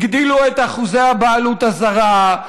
הגדילו את אחוזי הבעלות הזרה,